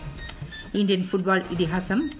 പ് Indian football ഇതിഹാസം P